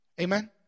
Amen